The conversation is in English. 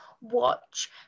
watch